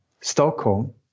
Stockholm